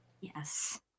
Yes